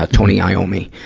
ah tony iommi,